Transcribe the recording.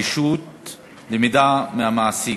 ונגישות למידע מהמעסיק),